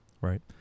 right